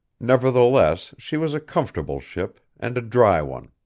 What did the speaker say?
nevertheless, she was a comfortable ship, and a dry one.